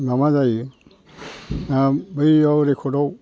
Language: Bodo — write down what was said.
माबा जायो बैयाव रेकर्डआव